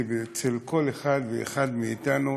שאצל כל אחד ואחד מאתנו